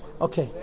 Okay